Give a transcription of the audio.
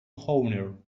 owner